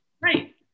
Right